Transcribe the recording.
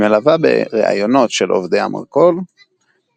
היא מלווה ב"ראיונות" של עובדי המרכול והלקוחות